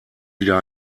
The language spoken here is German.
wieder